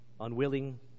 unwilling